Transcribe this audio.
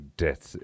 death